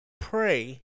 pray